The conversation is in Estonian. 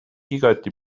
igati